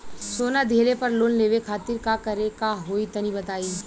सोना दिहले पर लोन लेवे खातिर का करे क होई तनि बताई?